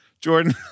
Jordan